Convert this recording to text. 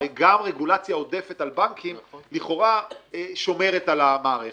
הרי גם רגולציה עודפת על בנקים לכאורה שומרת על המערכת.